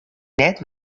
net